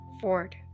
ford